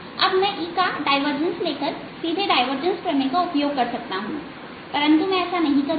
अब मैं E का डाइवर्जंस लेकर सीधे डाइवर्जंस प्रमेय का उपयोग कर सकता हूं परंतु मैं ऐसा नहीं करूंगा